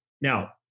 Now